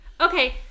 Okay